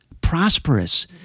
prosperous